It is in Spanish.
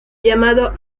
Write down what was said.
llamado